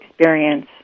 experience